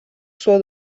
suo